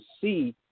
see